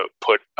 put